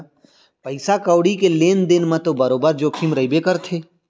पइसा कउड़ी के लेन देन म तो बरोबर जोखिम रइबे करथे